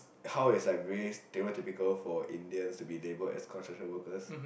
how is like very stereotypical for Indians to be labelled as construction workers